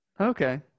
Okay